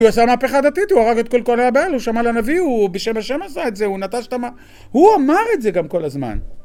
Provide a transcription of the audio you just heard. הוא עשה מהפכה דתית, הוא הרג את כל כהני הבעל, הוא שמע לנביא, הוא בשם השם עשה את זה, הוא נטש את ה... הוא אמר את זה גם כל הזמן.